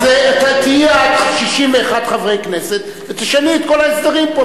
אז תהיי את 61 חברי כנסת ותשני את כל ההסדרים פה,